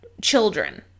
children